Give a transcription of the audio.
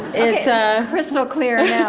it's crystal clear now